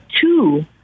two